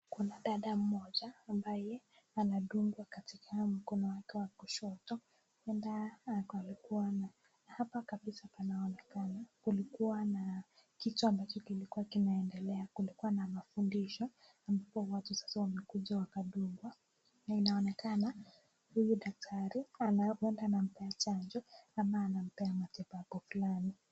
Kuna dada mmoja ambaye anadungwa katika mkono wake wa kushoto. Huenda alikuwa na. Na hapa kabisa panaonekana kulikuwa na kitu ambacho kilikuwa kinaendelea, kulikuwa na mafundisho ambapo watu sasa wamekuja wakadungwa. Na inaonekana huyu daktari ana huenda anampatia chanjo ama anampatia matibabu fulani.